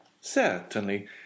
Certainly